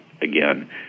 again